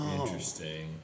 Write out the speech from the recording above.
Interesting